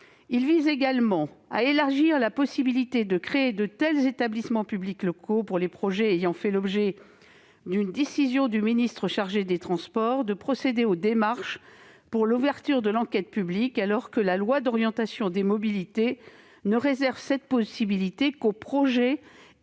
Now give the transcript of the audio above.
pour objet d'élargir la possibilité de créer de tels établissements publics locaux pour les projets ayant fait l'objet d'une décision du ministre chargé des transports de procéder aux démarches pour l'ouverture de l'enquête publique. Or la loi d'orientation des mobilités ne réserve cette possibilité qu'aux projets ayant